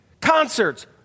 Concerts